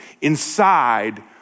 inside